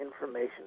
information